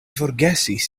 forgesis